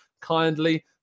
kindly